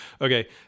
Okay